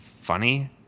funny